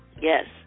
yes